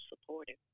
supportive